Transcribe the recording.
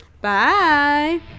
bye